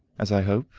as i hope,